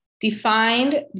defined